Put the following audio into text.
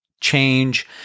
change